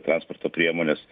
transporto priemones